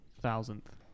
thousandth